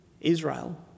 Israel